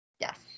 Yes